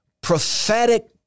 prophetic